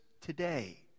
today